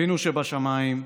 "אבינו שבשמים,